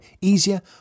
easier